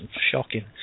shocking